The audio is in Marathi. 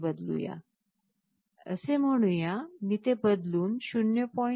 7 मध्ये बदलू या असे म्हणूया मी ते बदलून 0